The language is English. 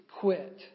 quit